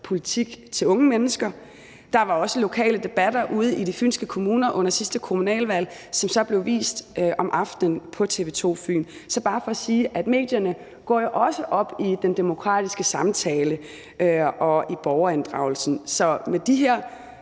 politik til unge mennesker. Der var også lokale debatter ude i de fynske kommuner under sidste kommunalvalg, som så blev vist om aftenen på TV 2 Fyn. Så det er bare for at sige, at medierne også går op i den demokratiske samtale og i borgerinddragelsen. Så med de her